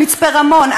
מצפה-רמון,